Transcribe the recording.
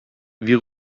wir